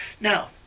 Now